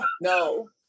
no